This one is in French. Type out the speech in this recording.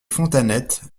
fontanettes